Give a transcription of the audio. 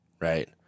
right